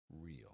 real